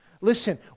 Listen